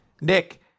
Nick